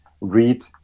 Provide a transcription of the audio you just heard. read